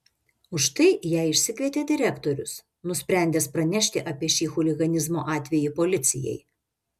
už tai ją išsikvietė direktorius nusprendęs pranešti apie šį chuliganizmo atvejį policijai